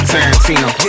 Tarantino